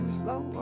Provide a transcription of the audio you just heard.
slow